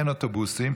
אין אוטובוסים,